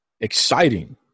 Exciting